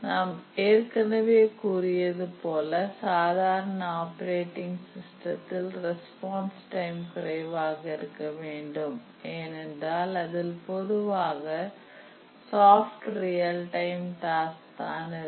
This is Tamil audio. நாம் ஏற்கனவே கூறியது போல சாதாரண ஆப்பரேட்டிங் சிஸ்டத்தில் ரெஸ்பான்ஸ் டைம் குறைவாக இருக்க வேண்டும் ஏனென்றால் அதில் பொதுவாக ஷாப்ட் ரியல் டைம் டாஸ்க் தான் இருக்கும்